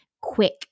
quick